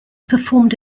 performed